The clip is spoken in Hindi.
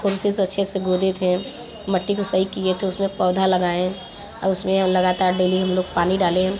खोल कर अच्छे से गूँथे थे मिट्टी को सही किए थे उसमें पौधा लगाए और उसमें हम लगातार डेली हम लोग पानी डाले